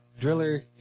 driller